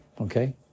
Okay